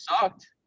sucked